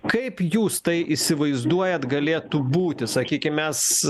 kaip jūs tai įsivaizduojat galėtų būti sakykim mes